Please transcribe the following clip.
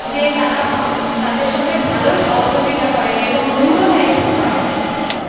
যে তারা ভা তাদের সঙ্গে ভালো সহযোগিতা করেন এবং রূঢ় টাইপের নয়